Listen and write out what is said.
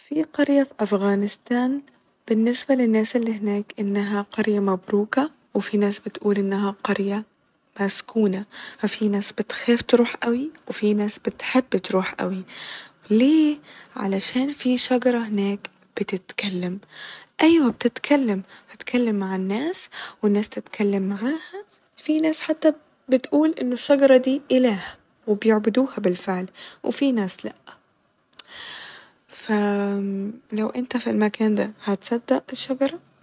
في قرية ف أفغانستان باللنسبة للناس اللي هناك إنها قرية مبروكة وفي ناس بتقول إنها قرية مسكونة ففي ناس بتخاف تروح أوي و في ناس بتحب تروح أوي ليه ، عشان في شجرة هناك بتتكلم أيوه بتتكلم ، بتتكلم مع الناس والناس تتكلم معاها في ناس حتى بتقول إن الشجرة دي إله وبيعبدوها بالفعل وفي ناس لا ف انت لو ف المكان ده هتصدق الشجرة ؟